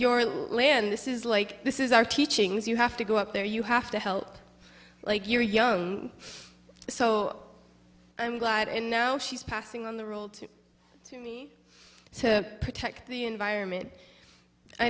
your land this is like this is our teachings you have to go up there you have to help like you're young so i'm glad and now she's passing on the role to me to protect the environment i